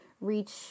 reach